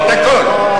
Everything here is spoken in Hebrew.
את הכול,